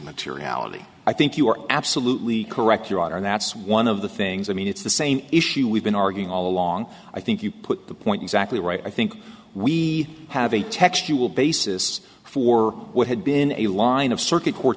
materiality i think you are absolutely correct you are that's one of the things i mean it's the same issue we've been arguing all along i think you put the point exactly right i think we have a textual basis for what had been a line of circuit court